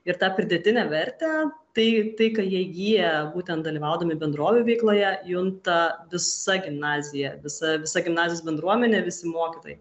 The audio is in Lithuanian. ir tą pridėtinę vertę tai tai ką jei jie būtent dalyvaudami bendrovių veikloje junta visa gimnazija visa visa gimnazijos bendruomenė visi mokytojai